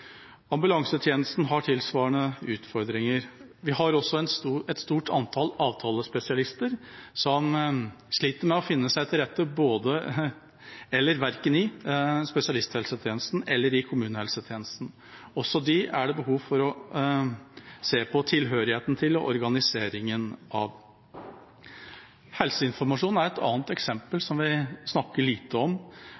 Ambulansetjenesten har tilsvarende utfordringer. Vi har også et stort antall avtalespesialister som sliter med å finne seg til rette både i spesialisthelsetjenesten og i kommunehelsetjenesten – også disse er det behov for å se på tilhørigheten til og organiseringen av. Helseinformasjon er et annet eksempel som vi snakker lite om.